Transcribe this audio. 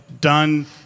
done